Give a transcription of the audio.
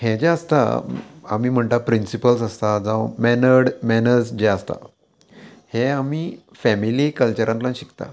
हें जें आसता आमी म्हणटा प्रिंसिपल्स आसता जावं मॅनर्ड मॅनर्स जे आसता हे आमी फॅमिली कल्चरांतल्यान शिकता